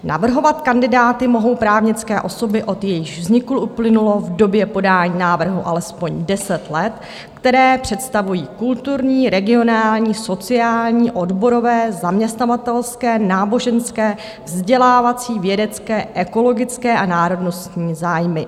Navrhovat kandidáty mohou právnické osoby, od jejichž vzniku uplynulo v době podání návrhu alespoň deset let, které představují kulturní, regionální, sociální, odborové, zaměstnavatelské, náboženské, vzdělávací, vědecké, ekologické a národnostní zájmy.